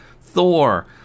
Thor